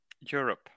Europe